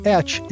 Etch